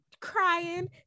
crying